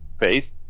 faith